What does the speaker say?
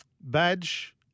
Badge